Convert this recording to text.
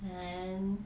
then